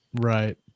Right